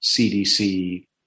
CDC